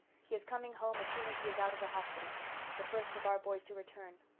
he is coming home as soon as he is out of the hospital the first of our boys to return.